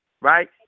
right